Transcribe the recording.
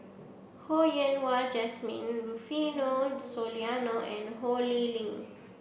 Ho Yen Wah Jesmine Rufino Soliano and Ho Lee Ling